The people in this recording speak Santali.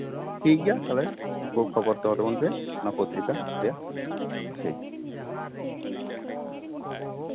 ᱴᱷᱤᱠᱜᱮᱭᱟ ᱛᱟᱞᱦᱮ ᱠᱷᱚᱵᱚᱨ ᱦᱟᱛᱟᱣ ᱛᱟᱵᱚᱱ ᱯᱮ ᱚᱱᱟ ᱯᱚᱛᱨᱤᱠᱟ ᱨᱮᱭᱟᱜ ᱵᱮᱥ